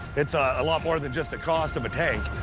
it's a lot more than just the cost of a tank.